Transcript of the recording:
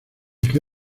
qué